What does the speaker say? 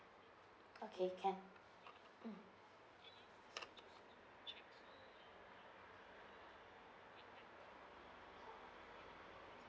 okay can